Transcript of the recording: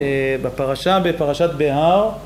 בפרשה בפרשת בהר